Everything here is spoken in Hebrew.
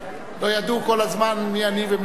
לא ידעו כל הזמן מי אני ומי אתה,